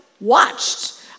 watched